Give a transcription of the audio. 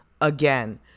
again